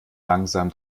langsam